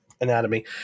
anatomy